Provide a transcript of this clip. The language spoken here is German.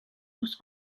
muss